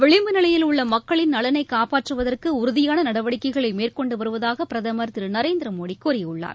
விளிம்பு நிலையில் உள்ள மக்களின் நலனை காப்பாற்றுவதற்கு உறுதியான நடவடிக்கைகளை மேற்கொண்டு வருவதாக பிரதமர் திரு நரேந்திர மோடி கூறியுள்ளார்